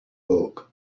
book